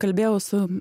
kalbėjau su